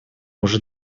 уже